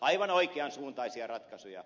aivan oikean suuntaisia ratkaisuja